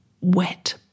wet